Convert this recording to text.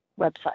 website